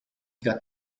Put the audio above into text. got